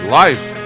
life